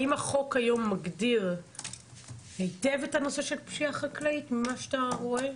האם החוק היום מגדיר היטב את הנושא של פשיעה חקלאית ממה שאתה רואה?